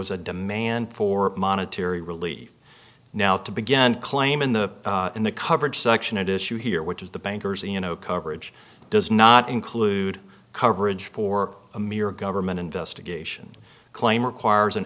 was a demand for monetary relieve now to begin claim in the in the coverage section at issue here which is the banker's you know coverage does not include coverage for a mere government investigation claim requires an